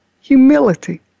Humility